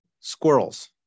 Squirrels